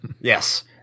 Yes